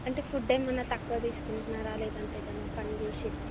అంటే ఫుడ్ ఏమైనా తక్కువ తీసుకుంటున్నారా లేదంటే ఏదైనా పని చేసేదా మ్యాడమ్